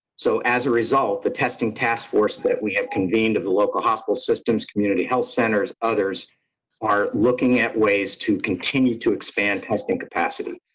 so as a result, the testing task force that we have convened of the local hospital systems, community health centers, others are looking at ways to continue to expand testing capacity.